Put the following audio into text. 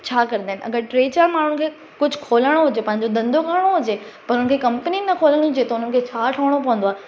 छा कंदा आहिनि अगरि टे चार माण्हुनि खे कुझु खोलणो हुजे पंहिंजो धंधो करिणो हुजे पर हुननि खे कंपनी न खोलणी हुजे त हुननि खे छा करिणो पवंदो आहे